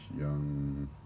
Young